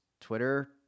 Twitter